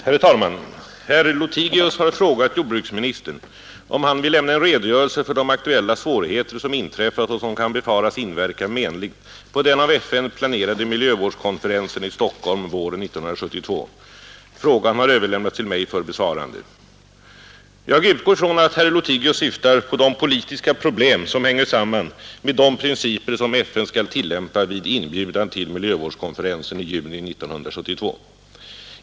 Herr talman! Herr Lothigius har frågat jordbruksministern om han vill lämna en redogörelse för de aktuella svårigheter som inträffat och som kan befaras inverka menligt på den av FN planerade miljövårdskonferensen i Stockholm våren 1972. Frågan har överlämnats till mig för besvarande. Jag utgår från att herr Lothigius syftar på de politiska problem som hänger samman med de principer som FN skall tillämpa vid inbjudan till miljövårdskonferensen i juni 1972.